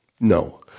No